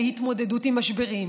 בהתמודדות עם משברים,